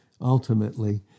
Ultimately